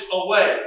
away